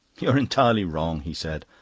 you're entirely wrong, he said.